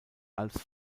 als